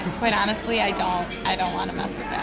quite honestly, i don't i don't want to mess with that.